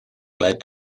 led